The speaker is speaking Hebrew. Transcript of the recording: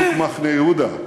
שוק מחנה-יהודה,